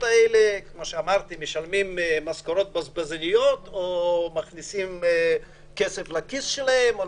החולים משלמים משכורות בזבזניות או מכניסים כסף לכיס שלהם.